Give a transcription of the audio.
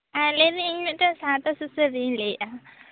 ᱦᱮᱸ ᱞᱟᱹᱭ ᱫᱟᱹᱧ ᱤᱧ ᱢᱤᱫᱴᱮᱱ ᱥᱟᱶᱛᱟ ᱥᱩᱥᱟᱹᱨᱤᱭᱟᱹᱧ ᱞᱟᱹᱭ ᱫᱟ